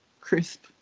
crisp